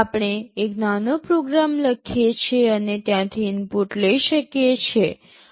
આપણે એક નાનો પ્રોગ્રામ લખી શકીએ છીએ અને ત્યાંથી ઇનપુટ લઈ શકીએ છીએ